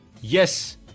Yes